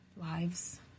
Lives